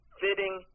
fitting